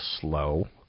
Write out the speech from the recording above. slow